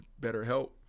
BetterHelp